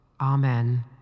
Amen